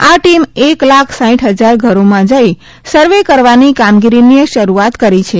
આ ટીમ એક લાખ સાઇઠ હજાર ઘરોમાં જઇ સર્વે કરવાની કામગીરીની શરૂઆત કરી છે